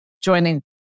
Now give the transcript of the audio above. joining